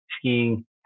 skiing